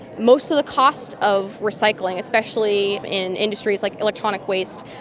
most of the cost of recycling, especially in industries like electronic waste,